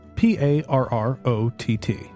P-A-R-R-O-T-T